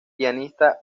pianista